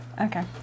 Okay